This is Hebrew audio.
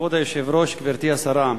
כבוד היושב-ראש, גברתי השרה,